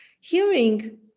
hearing